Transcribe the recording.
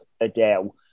Adele